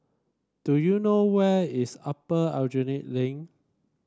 do you know where is Upper Aljunied Link